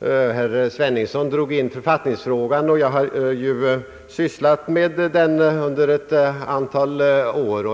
Herr Sveningsson drog in författningsfrågan, som jag har sysslat med under ett antal år.